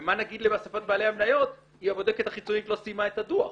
ומה נגיד לאסיפות בעלי המניות כי הבודקת החיצונית לא סיימה את הדוח.